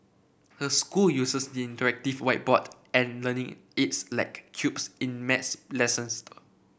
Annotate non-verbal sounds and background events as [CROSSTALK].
her school uses the interactive whiteboard and learning aids like cubes in maths [UNINTELLIGIBLE]